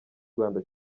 rwanda